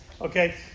okay